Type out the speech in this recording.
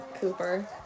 Cooper